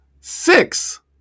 Six